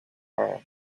her